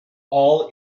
all